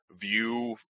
view